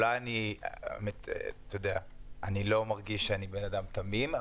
אני לא מרגיש שאני אדם תמים,